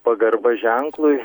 pagarba ženklui